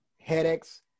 headaches